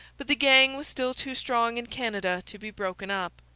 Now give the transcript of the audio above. but the gang was still too strong in canada to be broken up.